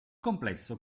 complesso